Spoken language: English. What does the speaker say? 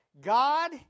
God